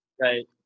Right